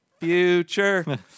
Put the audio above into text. future